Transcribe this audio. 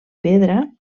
pedra